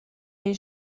این